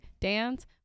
dance